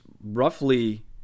roughly